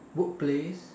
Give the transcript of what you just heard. workplace